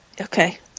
Okay